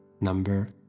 number